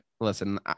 listen